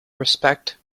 respect